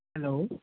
hello